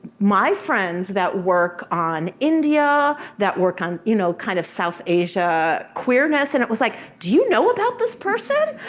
my friends that work on india, india, that work on you know kind of south asia queerness. and it was like do you know about this person?